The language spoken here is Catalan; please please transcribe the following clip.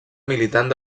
militant